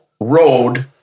Road